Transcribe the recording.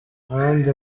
nanjye